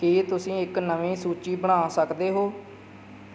ਕੀ ਤੁਸੀਂ ਇੱਕ ਨਵੀਂ ਸੂਚੀ ਬਣਾ ਸਕਦੇ ਹੋ